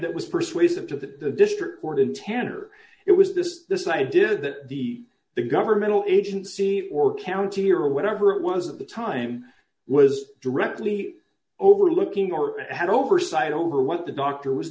that was persuasive to the district court in ten or it d was this this idea that the the governmental agency or county or whatever it was at the time was directly overlooking or had oversight over what the doctor was